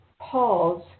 pause